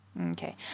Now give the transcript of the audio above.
Okay